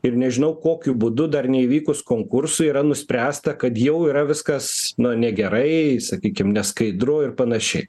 ir nežinau kokiu būdu dar neįvykus konkursui yra nuspręsta kad jau yra viskas nu negerai sakykim neskaidru ir panašiai